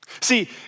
See